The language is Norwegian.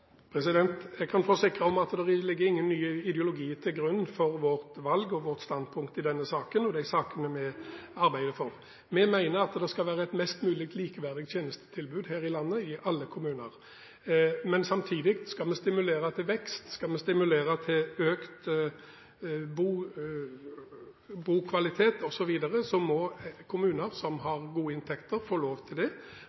Jeg kan forsikre om at det ligger ingen ny ideologi til grunn for vårt valg og vårt standpunkt i denne saken og de sakene vi arbeider for. Vi mener at det skal være et mest mulig likeverdig tjenestetilbud her i landet, i alle kommuner. Men samtidig: Skal vi stimulere til vekst, skal vi stimulere til økt bokvalitet osv., må kommuner som